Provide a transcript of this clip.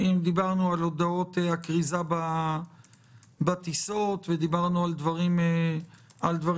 אם דיברנו על הודעות הכריזה בטיסות ודיברנו על דברים נוספים.